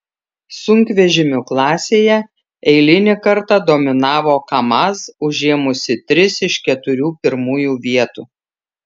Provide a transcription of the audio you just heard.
sunkvežimių klasėje eilinį kartą dominavo kamaz užėmusi tris iš keturių pirmųjų vietų